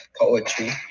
poetry